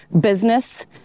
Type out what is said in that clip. business